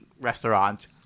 restaurant